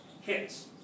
hits